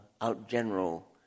outgeneral